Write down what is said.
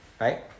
Right